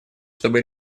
чтобы